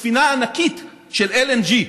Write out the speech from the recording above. ספינה ענקית של LNG,